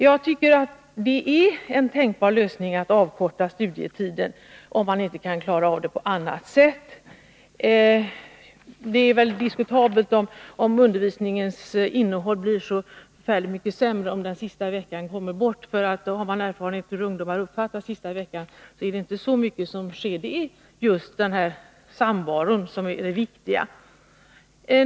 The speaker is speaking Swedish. Jag tycker att det är en tänkbar lösning att avkorta studietiden, om man inte klarar det på annat sätt. Det är väl diskutabelt om undervisningens innehåll blir så förfärligt mycket sämre om den sista veckan går bort — när man har erfarenheter av hur ungdomar uppfattar sista veckan vet man att det inte är så mycket som sker då; det är just samvaron som är det viktiga.